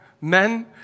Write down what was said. Men